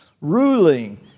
ruling